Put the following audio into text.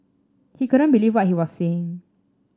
he couldn't believe what he was seeing